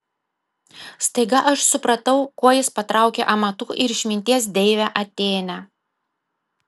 staiga aš supratau kuo jis patraukė amatų ir išminties deivę atėnę